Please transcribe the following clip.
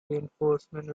reinforcements